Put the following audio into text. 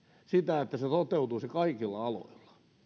sitä että se toteutuisi kaikilla aloilla